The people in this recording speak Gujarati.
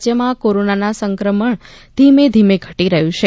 રાજ્યમાં કોરોના સંક્રમણ ધીમે ધીમે ઘટી રહ્યું છે